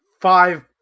five